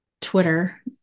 Twitter